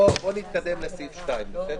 בואו נתקדם לסעיף 2. אפשר?